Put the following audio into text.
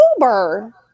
Uber